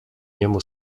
niemu